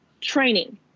training